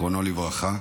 זיכרונו לברכה.